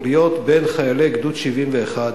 להיות בין חיילי גדוד 71,